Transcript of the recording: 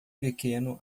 pequeno